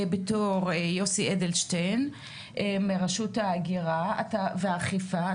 בתור יוסי אדלשטיין מרשות ההגירה והאכיפה,